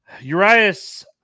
Urias